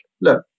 look